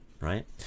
Right